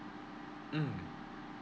mm